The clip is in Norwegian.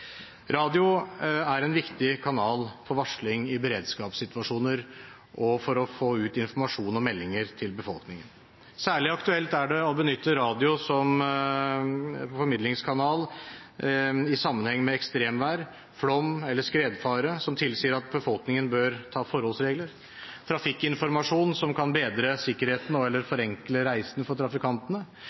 Radio er en viktig kanal for varsling i beredskapssituasjoner og for å få ut informasjon og meldinger til befolkningen. Særlig aktuelt er det å benytte radio som formidlingskanal i sammenheng med ekstremvær, flom eller skredfare, som tilsier at befolkningen bør ta forholdsregler, trafikkinformasjon som kan bedre sikkerheten, og /eller forenkle reisen for trafikantene